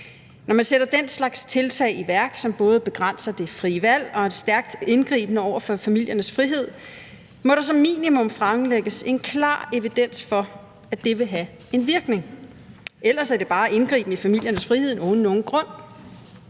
Når man sætter den slags tiltag i værk, som både begrænser det frie valg og er stærkt indgribende over for familiernes frihed, må der som minimum fremlægges en klar evidens for, at det vil have en virkning. Ellers er det bare indgriben i familiernes frihed uden nogen grund.